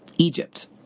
Egypt